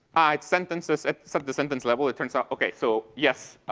sentences at the sentence level, it turns out, okay. so yes.